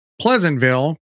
Pleasantville